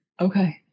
Okay